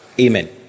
Amen